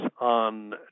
on